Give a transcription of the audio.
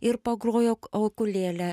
ir pagrojo aukulėle